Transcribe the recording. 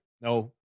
No